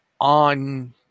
on